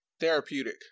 therapeutic